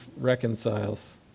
reconciles